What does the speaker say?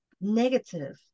negative